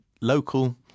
local